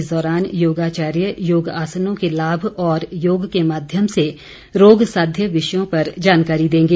इस दौरान योग आचार्य योग आसनों के लाभ और योग के माध्यम से रोग साध्य विषयों पर जानकारी देंगे